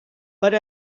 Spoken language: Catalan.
per